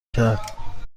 کرد